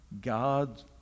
God